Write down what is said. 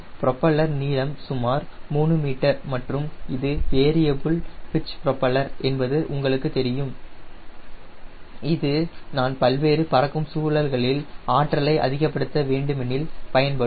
propeller நீளம் சுமார் 3 metre மற்றும் இது வேரியபுல் பிட்ச் புரோப்பலர் என்பது உங்களுக்கு தெரியும் இது நான் பல்வேறு பறக்கும் சூழல்களில் ஆற்றலை அதிகப்படுத்த வேண்டுமெனில் பயன்படும்